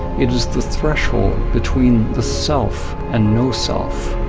it is the threshold between the self and no self.